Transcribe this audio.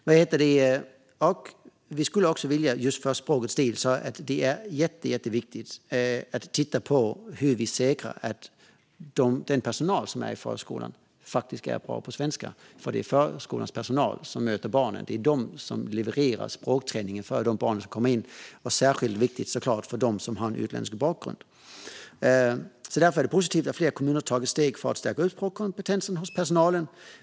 För språkets del tycker vi också att det är jätteviktigt att titta på hur vi säkrar att den personal som är i förskolan faktiskt är bra på svenska. Det är ju förskolans personal som möter barnen och levererar språkträningen för de barn som kommer in. Det är såklart särskilt viktigt för dem som har utländsk bakgrund. Därför är det positivt att flera kommuner har tagit steg för att stärka språkkompetensen hos personalen.